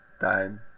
time